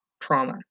trauma